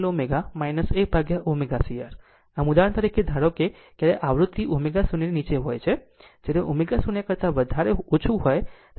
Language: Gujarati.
આમ ઉદાહરણ તરીકે ધારો કે ક્યારે આવૃત્તિ ω0 ની નીચે હોય છે જ્યારે ω0 કરતા ઓછું હોય ત્યારે